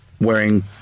wearing